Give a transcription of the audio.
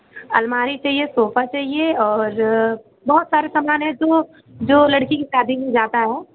अलमारी चाहिए सोफा चाहिए और बहुत सारे सामान है जो जो लड़की की शादी में जाता है